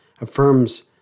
affirms